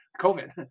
COVID